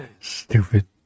Stupid